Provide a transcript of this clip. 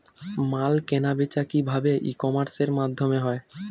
মাল কেনাবেচা কি ভাবে ই কমার্সের মাধ্যমে হয়?